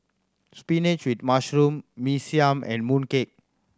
spinach with mushroom Mee Siam and mooncake